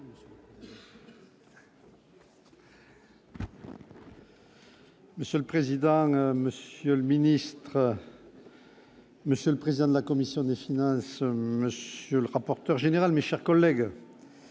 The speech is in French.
Monsieur le président, Monsieur le ministre. Monsieur le président de la commission des finances, monsieur le rapporteur général, mes chers collègues,